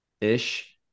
ish